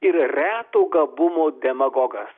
ir reto gabumo demagogas